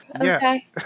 Okay